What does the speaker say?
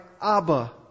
Abba